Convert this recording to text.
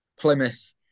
Plymouth